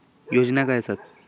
योजना काय आसत?